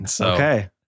Okay